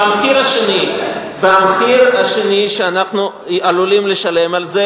והמחיר השני שאנחנו עלולים לשלם על זה,